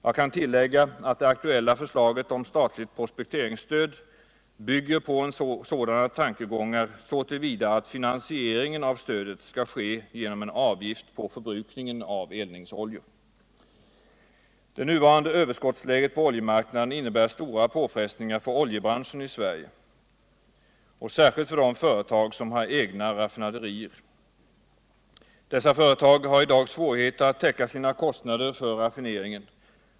Jag kan tillägga att det aktuclla förslaget om statligt prospekteringsstöd bygger på Energiforskning, sådana tankegångar så ull vida att Hnansieringen av stödet skall ske genom en avgift på förbrukningen av eldningsoljor. Det nuvarande överskoltsläget på oljemarknaden innebär stora påfrestningar för oljebranschen i Sverige och särskilt för de företag som har egna raffinaderier. Dessa företag har i dag svårigheter att täcka sina kostnader för raffineringen.